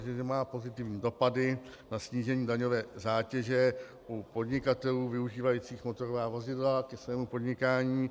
Víte dobře, že má pozitivní dopady na snížení daňové zátěže u podnikatelů využívajících motorová vozidla ke svému podnikání.